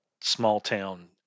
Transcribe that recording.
small-town